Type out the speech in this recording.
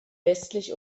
westlich